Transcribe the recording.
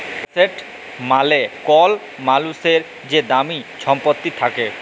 asset মালে কল মালুসের যে দামি ছম্পত্তি থ্যাকে